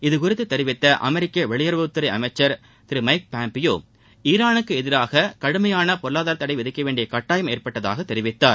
இதுகுறித்து தெரிவித்த அமெரிக்க வெளியுறவுத்துறை அமைச்சர் திரு மைக் பாய்பியோ ஈரானுக்கு எதிராக கடுமையான பொருளாதார தடை விதிக்க வேண்டிய கட்டாயம் ஏற்பட்டதாக தெரிவித்தார்